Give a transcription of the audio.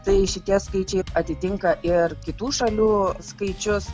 tai šitie skaičiai atitinka ir kitų šalių skaičius